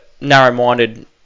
narrow-minded